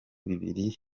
bibiri